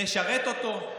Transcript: נשרת אותו.